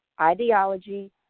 ideology